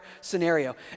scenario